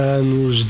anos